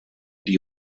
die